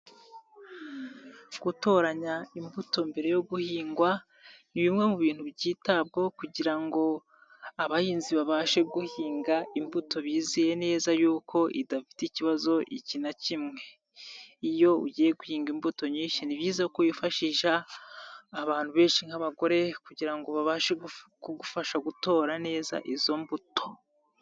Gutoranya imbuto mbere yo guhingwa, ni bimwe mu bintu byitabwaho kugira ngo abahinzi babashe guhinga imbuto biyiziye neza y'uko idafite ikibazo n'iki na kimwe, iyo ugiye guhinga imbuto nyinshi ni byiza ko wifashisha abantu benshi nk'abagore kugira ngo babashe kugufasha gutora neza izo mbuto.